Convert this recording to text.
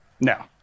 no